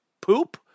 poop